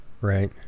Right